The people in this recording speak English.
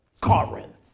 Corinth